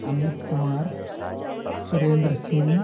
Amit Kumar Surendra Singh